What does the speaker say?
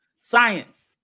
science